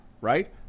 right